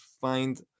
find